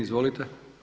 Izvolite.